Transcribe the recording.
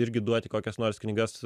irgi duoti kokias nors knygas